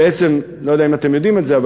אני לא יודע אם אתם יודעים את זה,